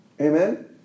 Amen